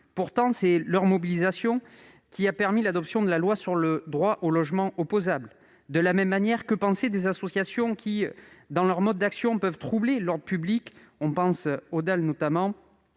Pourtant, c'est leur mobilisation qui a abouti à l'adoption de la loi instaurant le droit au logement opposable. De même, que penser des associations qui, dans leur mode d'action, peuvent troubler l'ordre public- je pense notamment